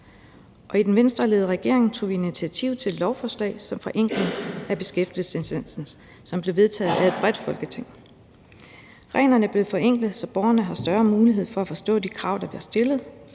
Og i den Venstreledede regering tog vi initiativ til et lovforslag om forenkling af beskæftigelsesindsatsen, og det blev vedtaget af et bredt flertal i Folketinget. Reglerne blev forenklet, så borgerne har større mulighed for at forstå de krav, der bliver stillet,